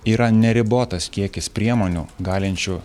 yra neribotas kiekis priemonių galinčių